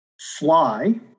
fly